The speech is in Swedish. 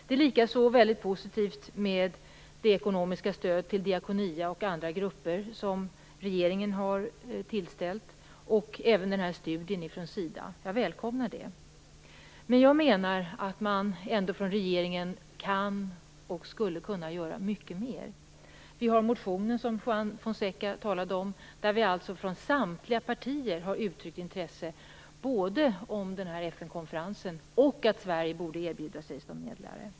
Det är likaså väldigt positivt med det ekonomiska stöd till Diakonia och andra grupper som regeringen har tillställt, och även studien från SIDA. Jag välkomnar detta. Men jag menar att man ändå från regeringens sida skulle kunna göra mycket mera. Vi har den motion som Juan Fonseca talade om, där vi alltså från samtliga partier har uttryckt intresse både för den här FN konferensen och för att Sverige borde erbjuda sig som medlare.